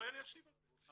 אני אשיב על זה.